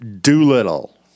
Doolittle